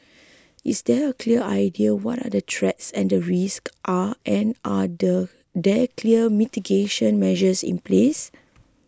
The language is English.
is there a clear idea what are the threats and risk are and are the there clear mitigation measures in place